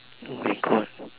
oh my God